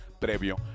previo